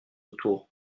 autour